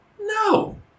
No